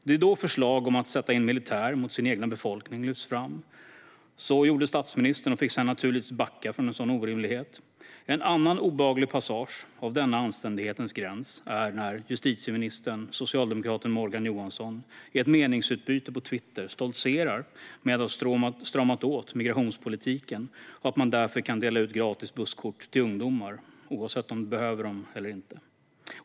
Det är då förslag om att sätta in militär mot sin egen befolkning lyfts fram. Så gjorde statsministern; sedan fick han naturligtvis backa från en sådan orimlighet. Ett annat obehagligt passerande av anständighetens gräns var när justitieministern och socialdemokraten Morgan Johansson i ett meningsutbyte på Twitter stoltserade med att ha stramat åt migrationspolitiken och att man därför kan dela ut gratis busskort till ungdomar, oavsett om de behöver dem eller inte.